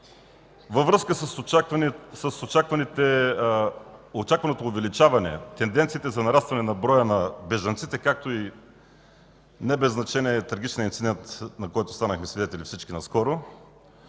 Във връзка с очакваното увеличаване, с тенденциите за нарастване броя на бежанците, както не без значение е трагичният инцидент, на който всички станахме свидетели наскоро,